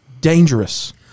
dangerous